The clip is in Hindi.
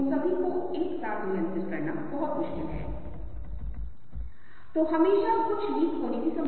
यह सीमित मानसिक क्षमता के लिए हो सकता है लेकिन अंतिम परिणाम जो भी कारण हो हम एक समय में केवल एक चीज में भाग लेने में सक्षम हैं